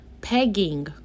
pegging